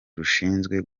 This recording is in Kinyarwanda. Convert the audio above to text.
rushinzwe